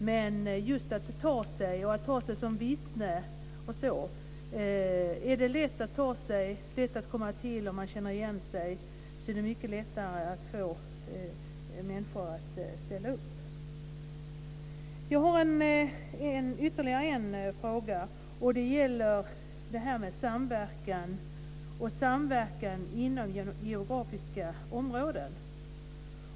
Det handlar om att ta sig dit, och att ta sig dit som vittne, osv. Är det lätt att komma till domstolen och man känner igen sig är det mycket lättare att få människor att ställa upp. Jag har ytterligare en fråga. Det gäller samverkan inom geografiska områden.